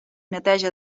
neteja